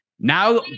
now